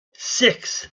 six